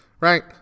Right